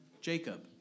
Jacob